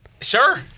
sure